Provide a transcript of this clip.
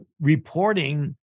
reporting